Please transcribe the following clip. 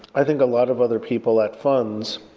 i think a lot of other people at funds,